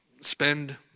spend